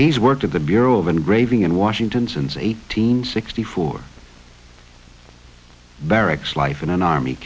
he's worked at the bureau of engraving in washington since eighteen sixty four barracks life in an army